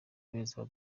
beza